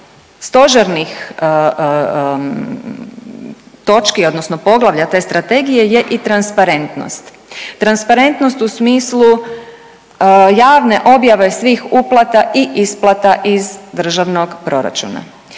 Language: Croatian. stožernih točki odnosno poglavlja te strategije je i transparentnost. Transparentnost u smislu javne objave svih uplata i isplata iz državnog proračuna.